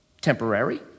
temporary